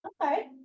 Okay